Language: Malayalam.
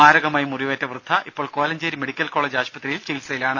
മാരകമായി മുറിവേറ്റ വൃദ്ധ ഇപ്പോൾ കോലഞ്ചേരി മെഡിക്കൽ കോളജ് ആശുപത്രിയിൽ ചികിത്സയിലാണ്